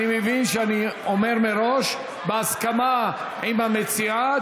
אני אומר מראש: אני שבהסכמה עם המציעה,